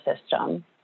system